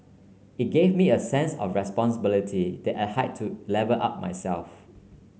it gave me a sense of responsibility that I had to level up myself